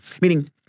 Meaning